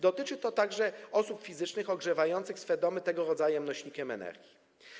Dotyczy to także osób fizycznych ogrzewających swe domy tego rodzaju nośnikiem energii.